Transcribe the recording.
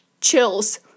chills